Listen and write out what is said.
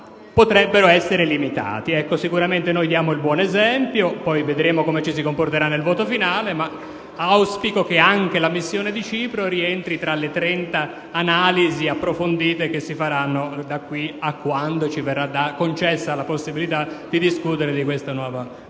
potrebbero essere limitati. Sicuramente daremo il buon esempio, poi vedremo come ci si comporterà nel voto finale. Auspico però che anche la missione di Cipro rientri tra le trenta analisi approfondite che si faranno di qui a quando ci verrà concessa la possibilità di discutere di questo nuovo quadro